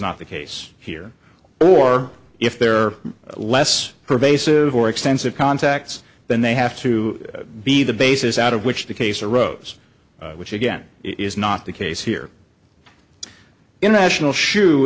not the case here or if there are less pervasive or extensive contacts than they have to be the bases out of which the case arose which again is not the case here international shoe